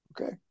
okay